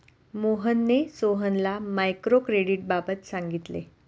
मोहनने सोहनला मायक्रो क्रेडिटबाबत सांगितले